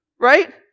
Right